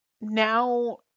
now